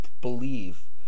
believe